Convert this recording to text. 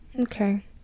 Okay